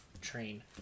train